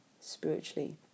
spiritually